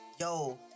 yo